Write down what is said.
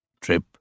trip